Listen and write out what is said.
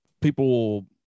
people